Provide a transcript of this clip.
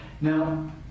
Now